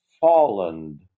fallen